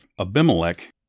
Abimelech